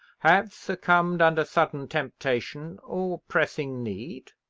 have succumbed under sudden temptation or pressing need,